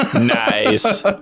Nice